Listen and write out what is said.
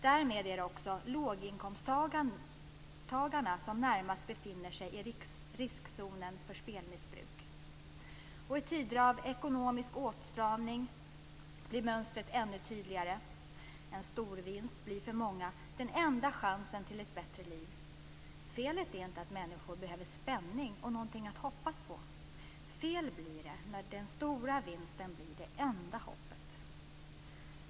Därmed är det också låginkomsttagarna som närmast befinner sig i riskzonen för spelmissbruk. I tider av ekonomisk åtstramning blir mönstret ännu tydligare. En storvinst blir för många den enda chansen till ett bättre liv. Felet är inte att människor behöver spänning och någonting att hoppas på. Fel blir det när den stora vinsten blir det enda hoppet.